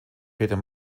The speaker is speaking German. peter